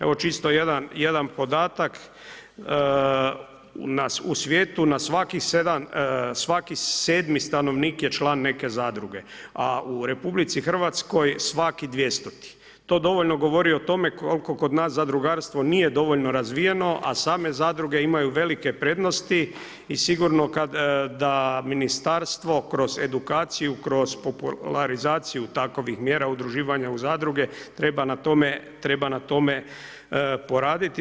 Evo, čisto jedan podatak u svijetu na svakih 7, svaki 7 stanovnik je član neke zadruge, a u RH svaki 200-ti, to dovoljno govori o tome kolko kod nas zadrugarstvo nije dovoljno razvijeno, a same zadruge imaju velike prednosti i sigurno kad, da ministarstvo kroz edukaciju, kroz popularizaciju takvih mjera udruživanja u zadruge treba na tome poraditi.